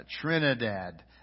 Trinidad